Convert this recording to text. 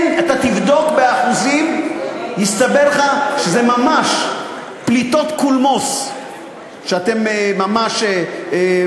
אתה תבדוק באחוזים ויסתבר לך שזה ממש פליטות קולמוס שאתם מעבירים.